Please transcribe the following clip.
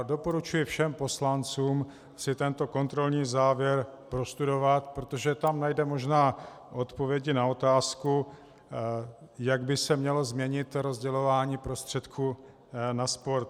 Doporučuji všem poslancům si tento kontrolní závěr prostudovat, protože tam najdeme možná odpovědi na otázku, jak by se mělo změnit rozdělování prostředků na sport.